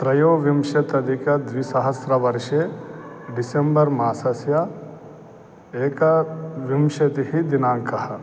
त्रयोविंशत्यधिक द्विसहस्रवर्षे डिसेम्बर् मासस्य एकविंशतिः दिनाङ्कः